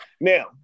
Now